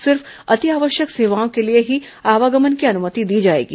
सिर्फ अति आवश्यक सेवाओं के लिए ही आवागमन की अनुमति दी जाएगी